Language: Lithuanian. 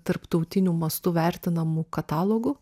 tarptautiniu mastu vertinamu katalogu